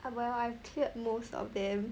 well I've cleared most of them